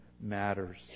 matters